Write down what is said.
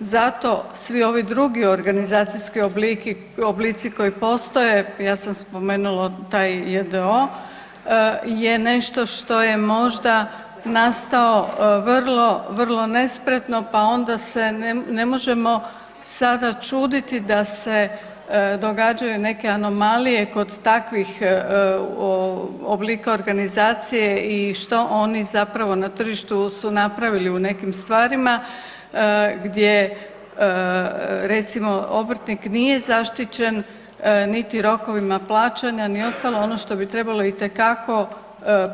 Zato svi ovi drugih organizacijski oblici koji postoje, ja sam spomenula taj j.d.o.o. je nešto što je možda nastao vrlo, vrlo nespretno pa onda se ne možemo sada čuditi da se događaju neke anomalije kod takvih oblika organizacije i što oni zapravo na tržištu su napravili u nekim stvarima gdje recimo, obrtnik nije zaštićen niti rokovima plaćanja, ni ostalo ono što bi trebalo itekako